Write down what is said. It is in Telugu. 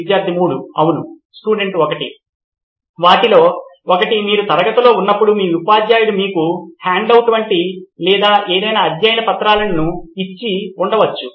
విద్యార్థి 3 అవును స్టూడెంట్ 1 వాటిలో ఒకటి మీరు తరగతిలో ఉన్నప్పుడు మీ ఉపాధ్యాయుడు మీకు హ్యాండ్అవుట్ వంటి లేదా ఏదైనా అధ్యయన పత్రాలని ఇచ్చి ఉండవచ్చు